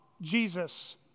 Jesus